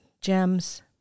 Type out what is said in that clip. gems